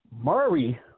Murray